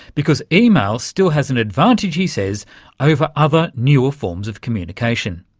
because email still has an advantage, he says over other newer forms of communication,